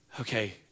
okay